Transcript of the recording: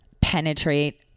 penetrate